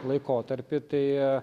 laikotarpį tai